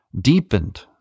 deepened